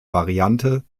variante